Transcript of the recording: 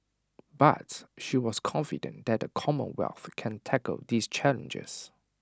but she was confident that the commonwealth can tackle these challenges